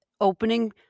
opening